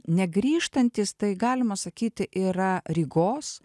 negrįžtantys tai galima sakyti yra rygos